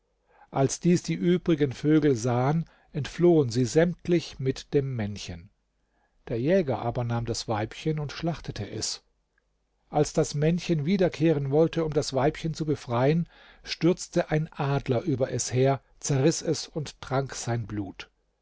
als dies die übrigen vögel sahen entflohen sie sämtlich mit dem männchen der jäger aber nahm das weibchen und schlachtete es als das männchen wiederkehren wollte um das weibchen zu befreien stürzte ein adler über es her zerriß es und trank sein blut